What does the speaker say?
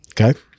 Okay